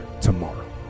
tomorrow